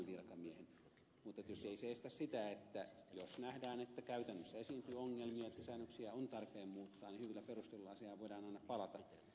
mutta se ei tietysti estä sitä että jos nähdään että käytännössä esiintyy ongelmia ja säännöksiä on tarpeen muuttaa hyvillä perusteluilla asiaan voidaan aina palata